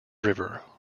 river